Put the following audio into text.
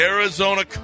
Arizona